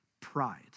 Pride